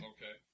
Okay